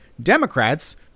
Democrats